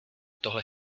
tohle